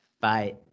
Bye